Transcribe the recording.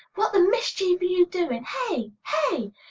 what the mischief are you doing? hey! hey!